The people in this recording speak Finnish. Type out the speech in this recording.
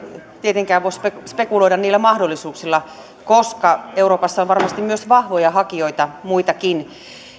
tietenkään voi spekuloida niillä mahdollisuuksilla koska euroopassa on varmasti myös muitakin vahvoja hakijoita